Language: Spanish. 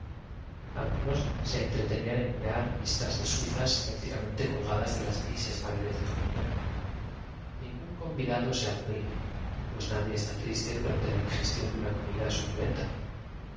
algunos se entretenían en mirar vistas de suiza simétricamente quien no quiso le gitimar durante largo tiempo pero la muerte de eolgadas de las grises paredes del comedor ningtín convidado se abu su hijo acaecida en desafío le obligó a metérsela en rría pues nadie está triste durante la digestión de una comida sucu